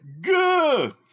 Good